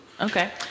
okay